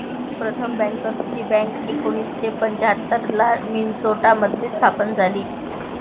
प्रथम बँकर्सची बँक एकोणीसशे पंच्याहत्तर ला मिन्सोटा मध्ये स्थापन झाली